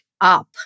up